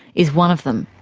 is one of them.